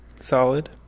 solid